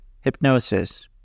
hypnosis